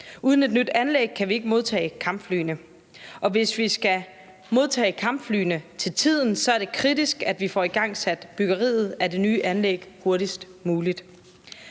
Uden et nyt anlæg kan vi ikke modtage kampflyene, og hvis vi skal modtage kampflyene til tiden, er det kritisk, at vi får igangsat byggeriet af det nye anlæg hurtigst muligt.